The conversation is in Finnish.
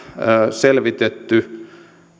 selvitetty